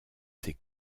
ses